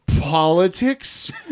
Politics